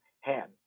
hand